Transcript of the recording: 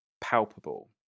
palpable